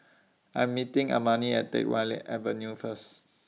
I'm meeting Amani At Teck Whye Avenue First